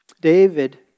David